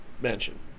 mansion